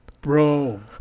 Bro